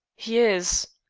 he is.